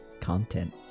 content